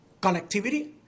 connectivity